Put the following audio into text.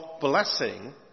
blessing